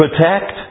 protect